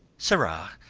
sirrah,